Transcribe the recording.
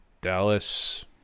Dallas